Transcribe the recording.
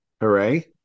hooray